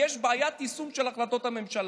יש בעיית יישום של החלטות הממשלה.